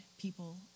people